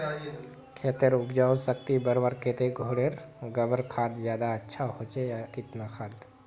खेतेर उपजाऊ शक्ति बढ़वार केते घोरेर गबर खाद ज्यादा अच्छा होचे या किना खाद?